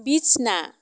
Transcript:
ᱵᱤᱪᱷᱱᱟ